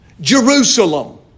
Jerusalem